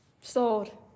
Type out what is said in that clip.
sold